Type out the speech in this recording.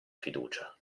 fiducia